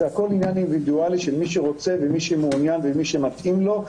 זה הכול עניין אינדיבידואלי של מי שרוצה ומי שמעוניין ומי שמתאים לו,